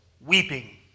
weeping